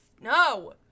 No